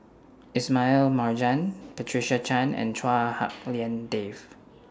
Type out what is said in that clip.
Ismail Marjan Patricia Chan and Chua Hak Lien Dave